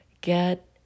get